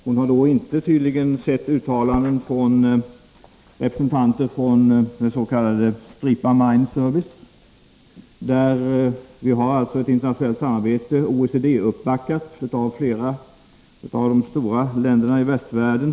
Hon har tydligen inte sett uttalanden från representanter avfall för den s.k. Stripa Mine Service, ett internationellt samarbete som är uppbackat av OECD och därmed flera av de stora länderna i västvärlden.